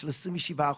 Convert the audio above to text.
של 27 אחוזים?